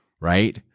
right